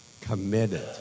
committed